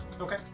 Okay